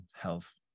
health